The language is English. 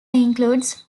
includes